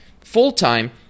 full-time